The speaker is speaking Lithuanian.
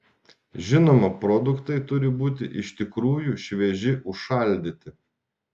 žinoma produktai turi būti iš tikrųjų švieži užšaldyti